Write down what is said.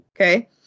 Okay